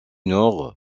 nord